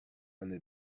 under